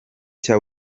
cya